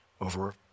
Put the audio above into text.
over